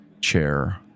chair